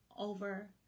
over